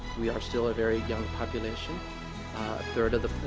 we are still a very young population, a third of the